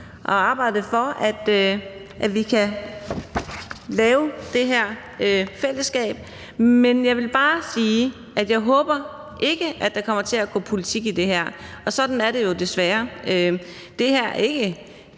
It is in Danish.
også arbejdet for, at vi kan lave det her fællesskab. Men jeg vil bare sige, at jeg ikke håber, at der kommer til at gå politik i det her, og sådan er det jo desværre. Men det her